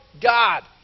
God